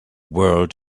world